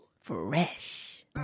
Fresh